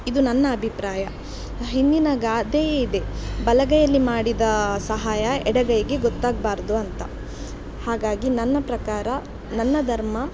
ಇದು ನನ್ನ ಅಭಿಪ್ರಾಯ ಹಿಂದಿನ ಗಾದೆಯೇ ಇದೆ ಬಲಗೈಯಲ್ಲಿ ಮಾಡಿದ ಸಹಾಯ ಎಡಗೈಗೆ ಗೊತ್ತಾಗಬಾರ್ದು ಅಂತ ಹಾಗಾಗಿ ನನ್ನ ಪ್ರಕಾರ ನನ್ನ ಧರ್ಮ